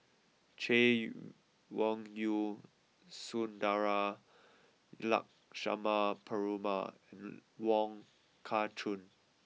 Chay Weng Yew Sundara Lakshmana Perumal Wong Kah Chun